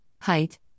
height